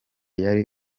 yari